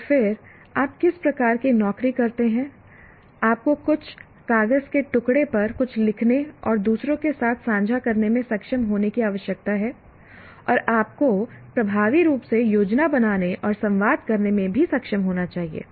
और फिर आप किस प्रकार की नौकरी करते हैं आपको कुछ कागज़ के टुकड़े पर कुछ लिखने और दूसरों के साथ साझा करने में सक्षम होने की आवश्यकता है और आपको प्रभावी रूप से योजना बनाने और संवाद करने में भी सक्षम होना चाहिए